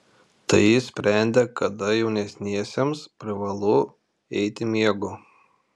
tai jis sprendė kada jaunesniesiems privalu eiti miego